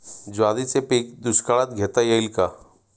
ज्वारीचे पीक दुष्काळात घेता येईल का?